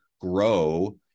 grow